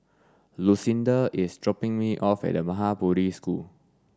Lucinda is dropping me off at Maha Bodhi School